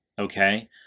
okay